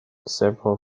several